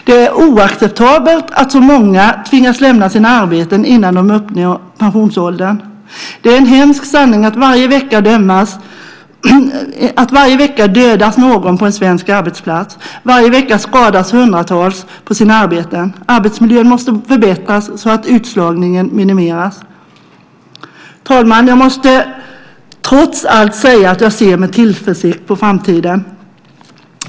Det är oacceptabelt att så många tvingas lämna sina arbeten innan de uppnår pensionsåldern. Det är en hemsk sanning att varje vecka dödas någon på en svensk arbetsplats. Varje vecka skadas hundratals på sina arbeten. Arbetsmiljön måste förbättras så att utslagningen minimeras. Fru talman! Jag måste trots allt säga att jag ser med tillförsikt på framtiden.